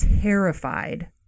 terrified